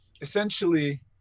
essentially